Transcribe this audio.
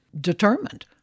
Determined